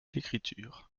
l’écriture